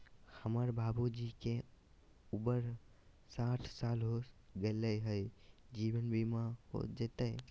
हमर बाबूजी के उमर साठ साल हो गैलई ह, जीवन बीमा हो जैतई?